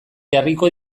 jarriko